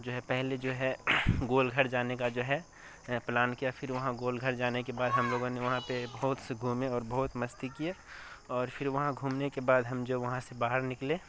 جو ہے پہلے جو ہے گھول گھر جانے کا جو ہے پلان کیا پھر وہاں گول گھر جانے کے بعد ہم لوگوں نے وہاں پہ بہت سے گھومے اور بہت مستی کیے اور پھر وہاں گھومنے کے بعد ہم جو وہاں سے باہر نکلے